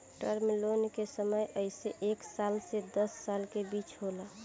term loan के समय अइसे एक साल से दस साल के बीच होला